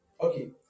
Okay